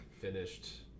finished